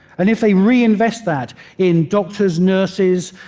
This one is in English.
and if they reinvest that in doctors, nurses,